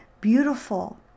beautiful